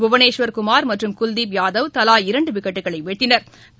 புவனேஸ்குமா் மற்றும் குல்தீப் யாதவ் தலா இரண்டு விக்கெட்களை வீழ்த்தினா்